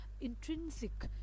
intrinsic